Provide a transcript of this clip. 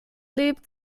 lebt